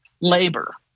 labor